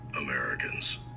Americans